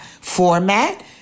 format